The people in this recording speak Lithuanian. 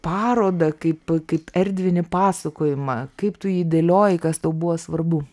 parodą kaip kaip erdvinį pasakojimą kaip tu jį dėlioji kas tau buvo svarbu